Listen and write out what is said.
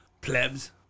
plebs